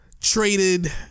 traded